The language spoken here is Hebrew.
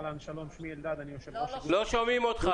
לא כולכם שמרתם.